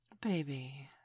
Baby